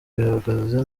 bihagaze